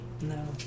No